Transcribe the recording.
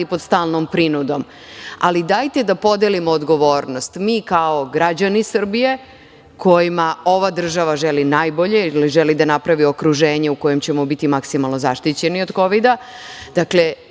pod stalnom prinudom, ali dajte da podelimo odgovornost, mi kao građani Srbije kojima ova država želi najbolje, ili želi da napravi okruženje u kojem ćemo biti maksimalno zaštićeni od